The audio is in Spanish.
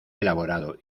elaborado